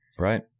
Right